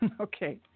Okay